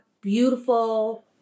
Beautiful